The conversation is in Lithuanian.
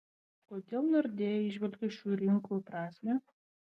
kodėl nordea įžvelgia šių rinkimų prasmę